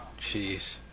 jeez